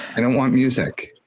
i don't want music.